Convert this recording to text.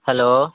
hello